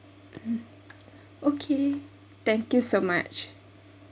mm okay thank you so much